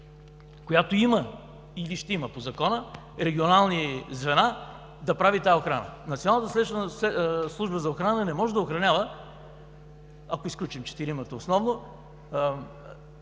която има или ще я има по Закона – регионални звена, която да прави тази охрана. Националната служба за охрана не може да охранява, ако изключим четиримата основно,